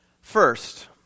First